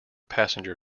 passenger